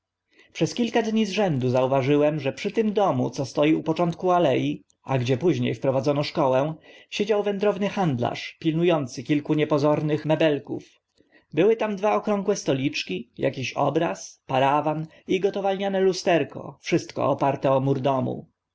przez kilka dni z rzędu zauważyłem że przy tym domu co stoi u początku ale a gdzie późnie wprowadzono szkołę siedział wędrowny handlarz pilnu ący kilku niepozornych mebelków były tam dwa okrągłe stoliczki akiś obraz parawan i gotowalniane lusterko wszystko oparte o mur domu